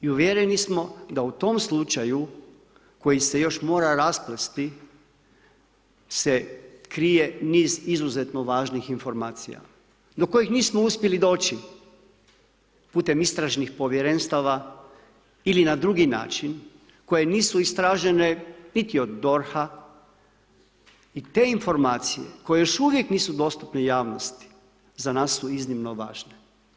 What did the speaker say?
I uvjereni smo da u tom slučaju koji se još mora rasplesti se krije niz izuzetno važnih informacija do kojih nismo uspjeli doći putem istražnih povjerenstava ili na drugi način, koje nisu istražene niti od DORH-a i te informacije koje još uvijek nisu dostupne javnosti, za nas su iznimno važne.